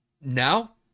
Now